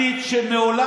קשור?